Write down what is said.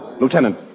Lieutenant